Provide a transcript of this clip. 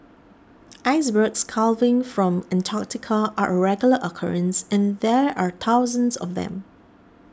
icebergs calving from Antarctica are a regular occurrence and there are thousands of them